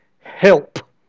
help